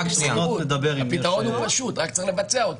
רק צריך לבצע אותו.